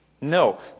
No